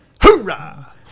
Hoorah